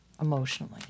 emotionally